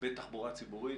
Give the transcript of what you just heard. בתחבורה ציבורית,